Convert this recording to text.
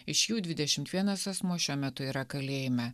iš jų dvidešimt vienas asmuo šiuo metu yra kalėjime